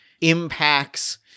impacts